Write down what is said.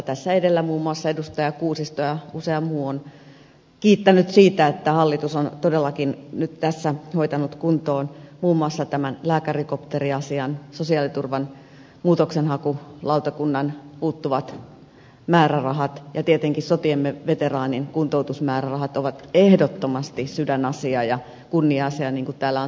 tässä edellä muun muassa edustaja kuusisto ja usea muu on kiittänyt siitä että hallitus on todellakin nyt tässä hoitanut kuntoon muun muassa tämän lääkärikopteriasian sosiaaliturvan muutoksenhakulautakunnan puuttuvat määrärahat ja tietenkin sotiemme veteraanien kuntoutusmäärärahat ovat ehdottomasti sydämenasia ja kunnia asia niin kuin täällä on todettu